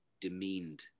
demeaned